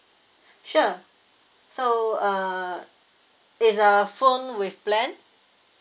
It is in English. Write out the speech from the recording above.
sure so uh it's a phone with plan